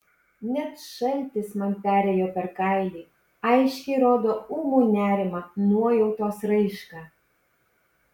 net šaltis man perėjo per kailį aiškiai rodo ūmų nerimą nuojautos raišką